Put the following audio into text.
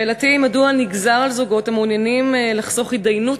שאלתי היא: מדוע נגזר על זוגות המעוניינים לחסוך הידיינות